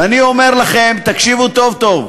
ואני אומר לכם, תקשיבו טוב-טוב,